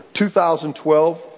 2012